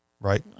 Right